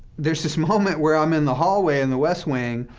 there's this moment where i'm in the hallway in the west wing,